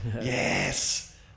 Yes